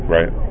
Right